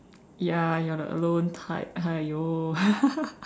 ya you're the alone type !aiyo!